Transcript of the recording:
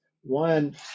one